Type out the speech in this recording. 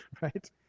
right